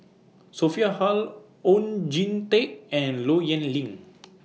Sophia Hull Oon Jin Teik and Low Yen Ling